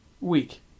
week